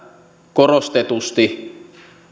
korostetusti